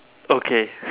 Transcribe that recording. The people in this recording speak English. okay